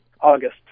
August